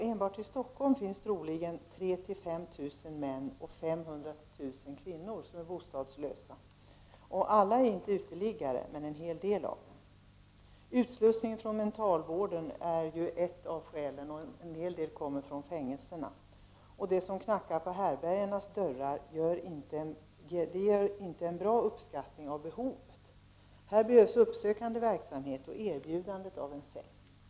Enbart i Stockholm finns troligen 3 000-5 000 män och 500-1 000 kvinnor som är bostadslösa. Alla är inte uteliggare men en hel del av dem. Utslussningen från mentalvården är ett av skälen, och en hel del uteliggare kommer från fängelserna. De som knackar på härbärgenas dörr ger inte någon bra uppskattning av behovet. Här behövs uppsökande verksamhet och erbjudande om en säng.